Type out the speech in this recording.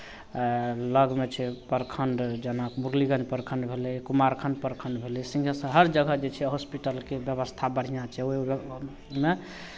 लगमे छै प्रखण्ड जेना मोगलीगंज प्रखण्ड भेलै कुमारखण्ड प्रखण्ड भेलै सिंहेश्वर हर जगह जे छै हॉस्पिटलके व्यवस्था बढ़िआँ छै ओहिमे